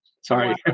Sorry